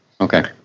Okay